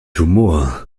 humor